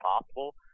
possible